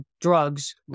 drugs